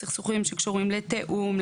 בסכסוכים שקשורים לתיאום,